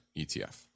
ETF